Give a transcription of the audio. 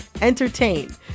entertain